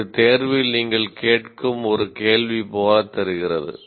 இது தேர்வில் நீங்கள் கேட்கும் ஒரு கேள்வி போல் தெரிகிறது